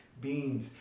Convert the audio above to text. beans